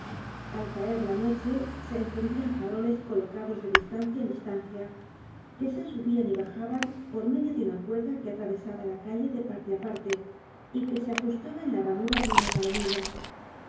al caer la noche se encendian faroles colocados de distancia en distancia que se subían y bajaban por medio de una cuerda que atravesaba la calle de parte á parte y que se ajustaba en la ranura de una palomilla